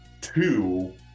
two